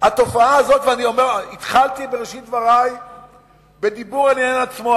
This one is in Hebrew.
התופעה הזאת והתחלתי בראשית דברי בדיבור על העניין עצמו,